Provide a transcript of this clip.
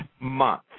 month